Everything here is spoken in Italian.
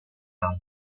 alta